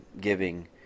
giving